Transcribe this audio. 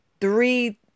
three